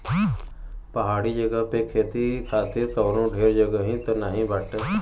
पहाड़ी जगह पे खेती खातिर कवनो ढेर जगही त नाही बाटे